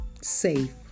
safe